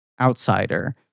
outsider